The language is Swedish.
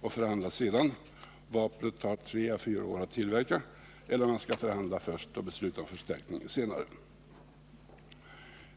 och förhandla sedan — vapnet tar tre å fyra år att tillverka — eller om man skall förhandla först och besluta om förstärkningen senare.